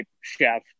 chef